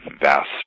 vast